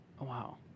wow